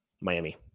Miami